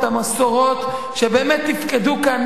את המסורות שבאמת תפקדו כאן,